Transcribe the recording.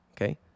okay